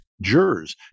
jurors